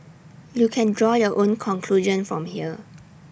you can draw your own conclusion from here